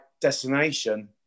destination